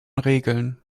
regeln